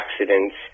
accidents